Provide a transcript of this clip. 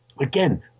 Again